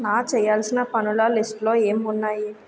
నా చెయ్యాల్సిన పనుల లిస్టులో ఏం ఉన్నాయి